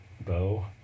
bow